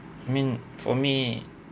I mean for me